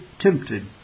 tempted